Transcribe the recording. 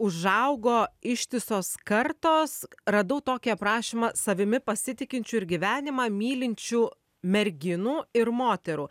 užaugo ištisos kartos radau tokį aprašymą savimi pasitikinčių ir gyvenimą mylinčių merginų ir moterų